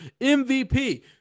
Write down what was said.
MVP